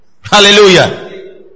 Hallelujah